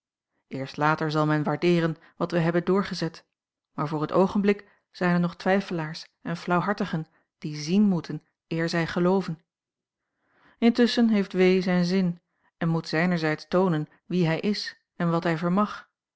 eerst later zal men waardeeren wat wij hebben doorgezet maar voor het oogenblik zijn er nog twijfelaars en flauwhartigen die zien moeten eer zij gelooven intusschen heeft w zijn zin en moet zijnerzijds toonen wie hij is en wat hij vermag